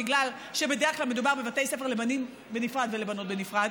בגלל שבדרך כלל מדובר בבתי ספר לבנים בנפרד ולבנות בנפרד,